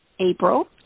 April